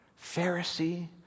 Pharisee